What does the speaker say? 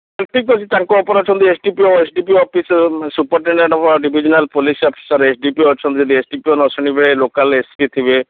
ଠିକ୍ ଅଛି ତାଙ୍କ ଉପରେ ଅଛନ୍ତି S D P O S D P O office superintendent of divisional police officer S D P O ଅଛନ୍ତି ଯଦି ଏସ୍ ଡ଼ି ପି ଓ ନ ଶୁଣିବେ ଲୋକାଲ୍ ଏସ୍ ପି ଥିବେ